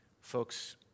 folks